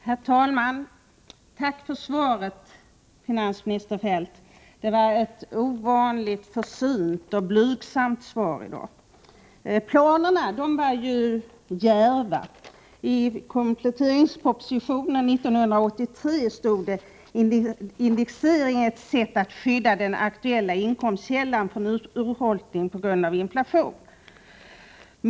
Herr talman! Tack för svaret, finansminister Feldt! Det var ett ovanligt försynt och blygsamt svar vi fick i dag. Planerna var ju djärva. I kompletteringspropositionen 1983 stod det att indexering är ett sätt att skydda den aktuella inkomstkällan från urholkning på grund av inflation.